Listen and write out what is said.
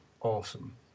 Awesome